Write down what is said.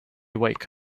wake